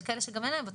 שלום